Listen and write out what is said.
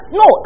no